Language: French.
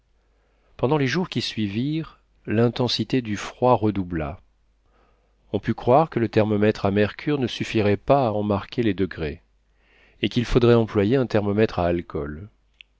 pendant les jours qui suivirent l'intensité du froid redoubla on put croire que le thermomètre à mercure ne suffirait pas à en marquer les degrés et qu'il faudrait employer un thermomètre à alcool